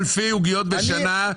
אלפי עוגיות בשנה,